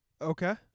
Okay